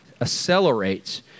accelerates